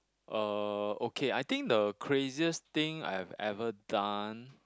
uh okay I think the craziest thing I have ever done